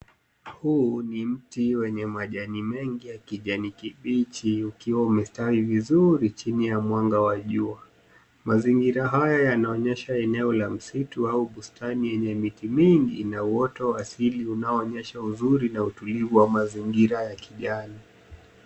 Huu ni mti wenye majani mengi ya kijani kibichi, ukiwa umekaa vizuri chini ya mwanga wa jua. Mazingira haya yanaonyesha eneo la msitu au bustani yenye miti mingi na uoto asili unaonyesha uzuri na utulivu wa mazingira ya kijani.